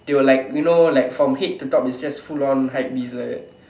they will like you know like from head to top is just full on hypebeast like that